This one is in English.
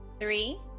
three